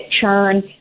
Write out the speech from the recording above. churn